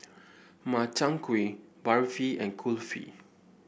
Makchang Gui Barfi and Kulfi